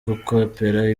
gukopera